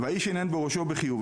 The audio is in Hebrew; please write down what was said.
האיש הנהן בראשו לחיוב.